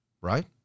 right